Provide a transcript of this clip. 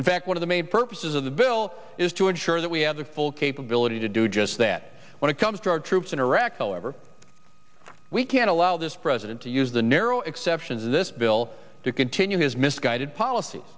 in fact one of the main purposes of the bill is to ensure that we have the full capability to do just that when it comes to our troops in iraq however we can't allow this president to use the narrow exceptions in this bill to continue his misguided polic